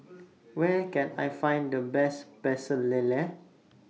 Where Can I Find The Best Pecel Lele